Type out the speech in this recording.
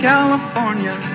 California